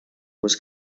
was